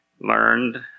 learned